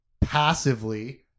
Passively